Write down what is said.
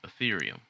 Ethereum